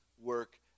work